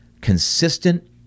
consistent